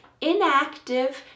inactive